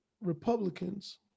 Republicans